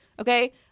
Okay